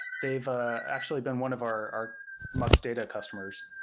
they've ah actually been one of our our mux data customers.